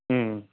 ம் ம்